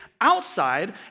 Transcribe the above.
outside